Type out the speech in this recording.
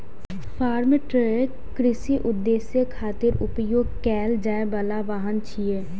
farm truck कृषि उद्देश्य खातिर उपयोग कैल जाइ बला वाहन छियै